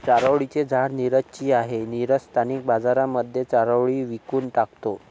चारोळी चे झाड नीरज ची आहे, नीरज स्थानिक बाजारांमध्ये चारोळी विकून टाकतो